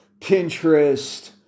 Pinterest